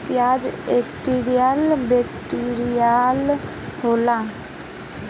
पियाज anti bacterial होला